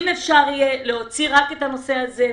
אם אפשר יהיה להוציא רק את הנושא הזה.